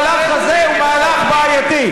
המהלך הזה הוא מהלך בעייתי.